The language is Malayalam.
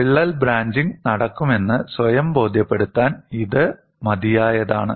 വിള്ളൽ ബ്രാഞ്ചിംഗ് നടക്കുമെന്ന് സ്വയം ബോധ്യപ്പെടുത്താൻ ഇത് മതിയായതാണ്